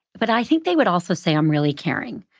but i think they would also say i'm really caring.